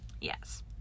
Yes